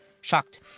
shocked